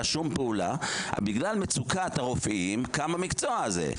בגלל מצוקת הרופאים קם המקצוע הזה.